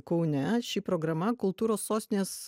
kaune ši programa kultūros sostinės